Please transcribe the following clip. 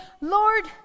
Lord